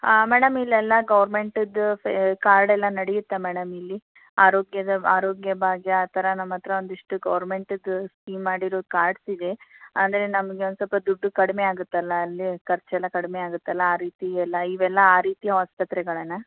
madam ಇಲ್ಲೆಲ್ಲ ಗೌರ್ಮೆಂಟದ್ದು card ಎಲ್ಲ ನಡಿಯುತ್ತಾ ಮೇಡಮ್ ಇಲ್ಲಿ ಆರೋಗ್ಯದ ಆರೋಗ್ಯ ಭಾಗ್ಯ ಆ ಥರ ನಮ್ಮ ಹತ್ರ ಒಂದಿಷ್ಟು ಗೌರ್ಮೆಂಟದ್ದು ಸ್ಕೀಮ್ ಮಾಡಿರೋ ಕಾರ್ಡ್ಸ್ ಇದೆ ಅಂದರೆ ನಮಗೆ ಸ್ವಲ್ಪ ದುಡ್ಡು ಕಡಿಮೆ ಆಗತ್ತಲ್ಲ ಅಲ್ಲಿ ಖರ್ಚೆಲ್ಲ ಕಡಿಮೆ ಆಗತ್ತಲ್ಲ ಆ ರೀತಿ ಎಲ್ಲ ಇವೆಲ್ಲ ಆ ರೀತಿ ಆಸ್ಪತ್ರೆಗಳೇನ